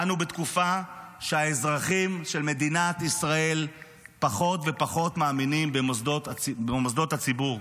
אנו בתקופה שהאזרחים של מדינת ישראל פחות ופחות מאמינים במוסדות הציבור,